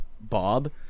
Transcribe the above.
bob